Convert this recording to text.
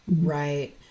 Right